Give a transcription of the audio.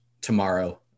tomorrow